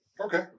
Okay